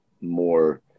more